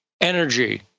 energy